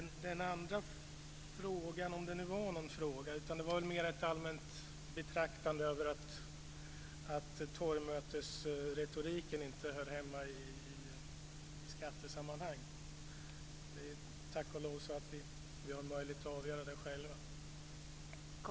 Den andra frågan var nog inte en fråga utan mer ett allmänt betraktande över att torgmötesretoriken inte hör hemma i skattesammanhang. Tack och lov har vi möjlighet att avgöra det själva.